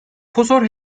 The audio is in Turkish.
kosor